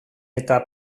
eta